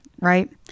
Right